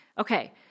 Okay